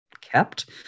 kept